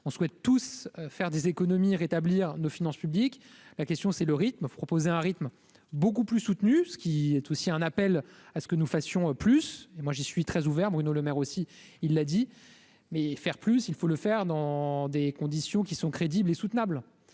on souhaite tous faire des économies rétablir nos finances publiques, la question c'est le rythme vous proposer un rythme beaucoup plus soutenu, ce qui est aussi un appel à ce que nous fassions plus et moi je suis très ouvert, Bruno Lemaire, aussi, il l'a dit, mais faire plus, il faut le faire dans des conditions qui sont crédibles et soutenables